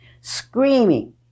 screaming